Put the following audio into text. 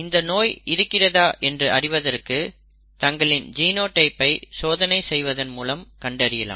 இந்த நோய் இருக்கிறதா என்று அறிவதற்கு தங்களின் ஜினோடைப் ஐ சோதனை செய்வதன் மூலம் கண்டறியலாம்